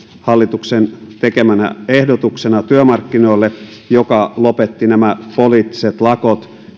hallituksen tekemänä ehdotuksena joka lopetti nämä poliittiset lakot